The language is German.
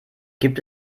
gibt